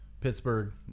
Pittsburgh